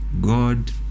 God